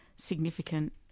significant